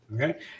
Okay